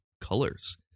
colors